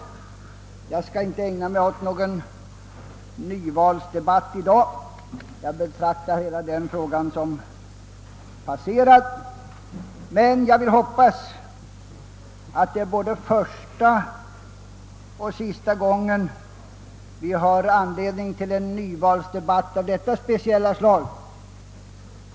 Jag skall inte ägna mig åt någon nyvalsdebatt i dag. Jag betraktar hela den frågan som utagerad, och jag hoppas att det är både första och sista gången vi har anledning till en debatt av detta speciella slag.